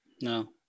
No